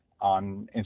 on